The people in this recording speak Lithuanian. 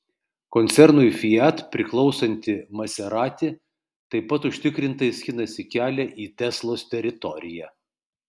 koncernui fiat priklausanti maserati taip pat užtikrintai skinasi kelią į teslos teritoriją